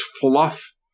fluff